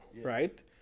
right